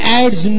adds